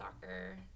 soccer